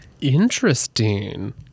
Interesting